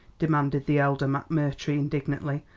demanded the elder mcmurtry indignantly.